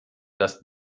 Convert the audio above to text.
das